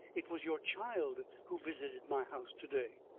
it was your child who visited my house to-day?